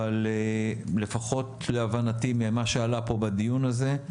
אבל לפחות להבנתי ממה שעלה פה בדיון הזה,